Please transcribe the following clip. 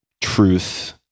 truth